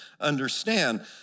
understand